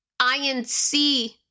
INC